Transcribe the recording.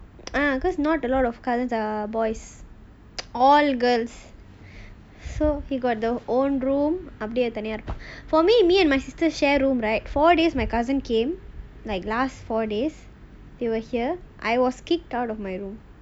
ah because not a lot of cousins are boys all girls so he got the own room அப்டியே தனியா இருப்பா:apdiyae thaniyaa irupaa for me me and my sister share room right four days my cousin came like last four days they were here I was kicked out of my room